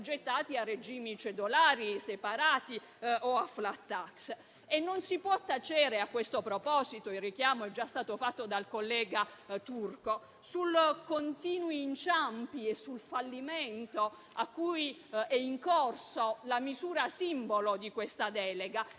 a regimi cedolari separati o a *flat tax*. Non si può tacere, a questo proposito, il richiamo che è già stato fatto dal collega Turco sui continui inciampi e sul fallimento cui è incorsa la misura simbolo di questa delega,